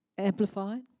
Amplified